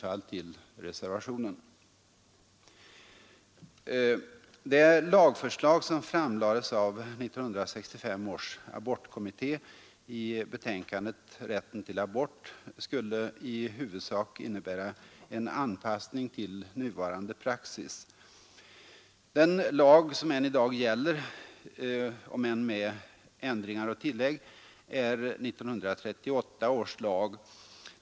4 april 1973 Det lagförslag som framlades av 1965 års abortkommitté i betänkandet Rätten till abort skulle i huvudsak innebära en Sjukvården anpassning till nuvarande praxis. Den lag som än i dag gäller, om än med senare ändringar och tillägg, är 1938 års lag.